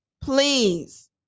please